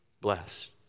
blessed